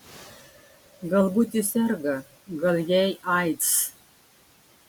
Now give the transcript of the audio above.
galbūt ji serga gal jai aids